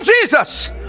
jesus